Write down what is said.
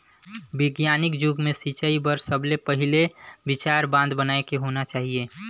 बिग्यानिक जुग मे सिंचई बर सबले पहिले विचार बांध बनाए के होना चाहिए